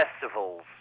festivals